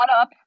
up